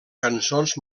cançons